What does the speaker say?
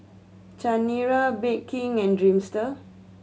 Chanira Bake King and Dreamster